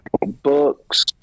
books